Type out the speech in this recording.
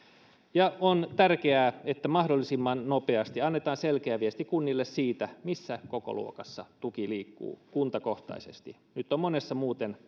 ja on tärkeää että mahdollisimman nopeasti annetaan selkeä viesti kunnille siitä missä kokoluokassa tuki liikkuu kuntakohtaisesti nyt on monessa muuten